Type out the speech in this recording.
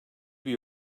bir